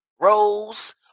Rose